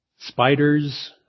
Spiders